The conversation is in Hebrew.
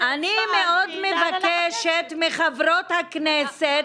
מאוד מבקשת מחברות הכנסת.